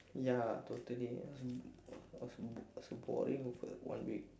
ya totally it was it was it was a boring one week